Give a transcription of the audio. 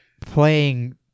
playing